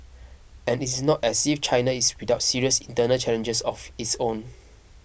and it is not as if China is without serious internal challenges of its own